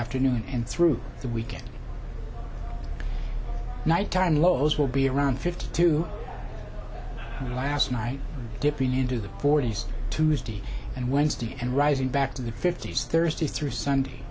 afternoon and through the weekend nighttime lows will be around fifty two last night dipping into the forty's tuesday and wednesday and rising back to the fifty's thursday through sunday